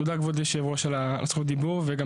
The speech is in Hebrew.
תודה כבוד יושב הראש על זכות הדיבור וגם